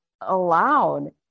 allowed